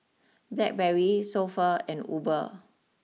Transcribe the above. Blackberry So Pho and Uber